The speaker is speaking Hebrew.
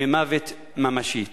ממוות ממשי.